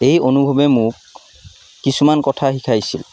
অনুভৱে মোক কিছুমান কথা শিকাইছিল